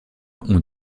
ont